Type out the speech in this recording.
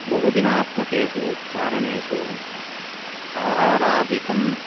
बहुदिनात्मकेषु चारणेषु आहारादिकम्